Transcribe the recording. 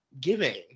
giving